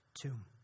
tomb